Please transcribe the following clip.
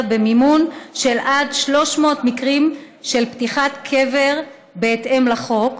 במימון עד 300 מקרים של פתיחת קבר בהתאם לחוק,